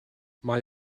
mae